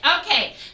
Okay